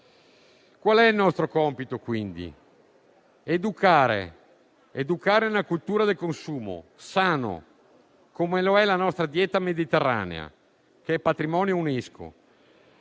grammi. Il nostro compito, quindi, è educare a una cultura del consumo sano, come lo è la nostra dieta mediterranea, che è patrimonio UNESCO.